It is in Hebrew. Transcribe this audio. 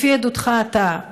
לפי עדותך שלך,